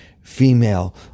female